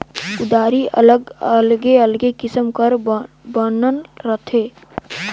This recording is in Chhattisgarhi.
कुदारी अलगे अलगे किसिम कर बइन रहथे